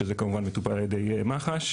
שזה כמובן מטופל על ידי מח"ש.